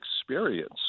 experience